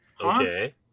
Okay